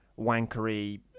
wankery